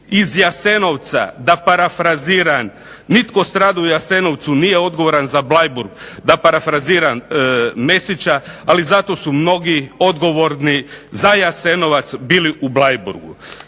iz Jasenovca, da parafraziram, nitko stradao u Jasenovcu nije odgovoran za Bleiburg, da parafraziram Mesića, ali zato su mnogi odgovorni za Jasenovac bili u Bleiburgu.